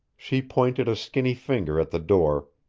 she pointed a skinny finger at the door,